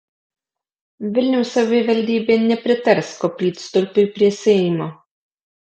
vilniaus savivaldybė nepritars koplytstulpiui prie seimo